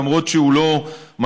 למרות שהוא לא מספיק,